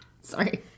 Sorry